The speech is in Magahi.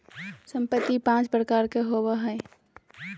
संपत्ति पांच प्रकार के होबो हइ